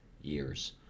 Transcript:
years